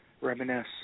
reminisce